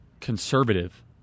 conservative